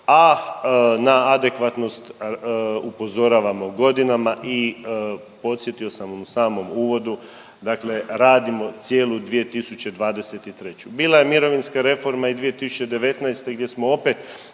a na adekvatnost upozoravamo godinama i podsjetio sam u samom uvodu dakle radimo cijelu 2023.. Bila je mirovinska reforma i 2019. gdje smo opet